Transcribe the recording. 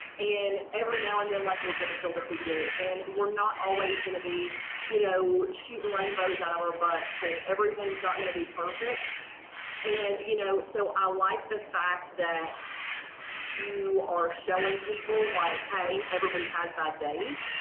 and every now and then like we're gonna feel defeated and we're not always gonna be you know shooting rainbows on our butts and everything's not going to be perfect and you know so i like the fact that you are showing people like, hey, everybody has bad days.